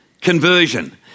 conversion